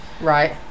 Right